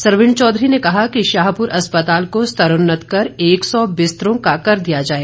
सरवीण चौधरी ने कहा कि शाहपुर अस्पताल को स्तरोन्नत कर एक सौ बिस्तरों का कर दिया गया है